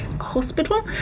hospital